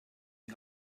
die